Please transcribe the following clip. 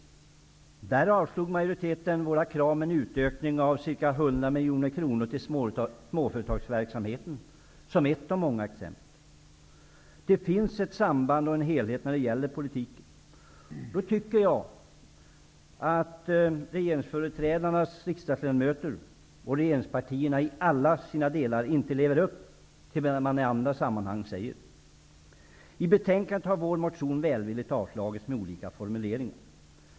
Där avslog majoriteten våra krav om en utökning med ca 100 miljoner kronor till småföretagsverksamheten -- för att ta ett av många exempel. Det finns ett samband och en helhet när det gäller politiken. Jag tycker inte att regeringspartiernas riksdagsledamöter och andra företrädare lever upp till vad man i andra sammanhang säger. I betänkandet har vår motion välvilligt avstyrkts med olika formuleringar.